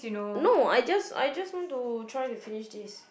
no I just I just want to try to finish this